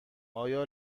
آیا